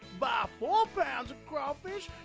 buy four pounds of crawfish,